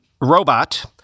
robot